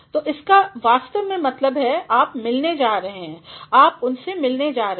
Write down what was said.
तो इसका वास्तव में मतलब है आप मिलने जा रहे हैं आप उनसे मिलने जा रहे हैं